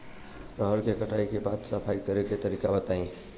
रहर के कटाई के बाद सफाई करेके तरीका बताइ?